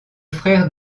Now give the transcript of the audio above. frère